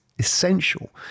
essential